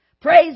praise